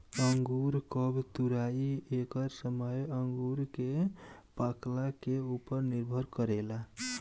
अंगूर कब तुराई एकर समय अंगूर के पाकला के उपर निर्भर करेला